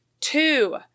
Two